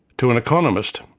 to an economist,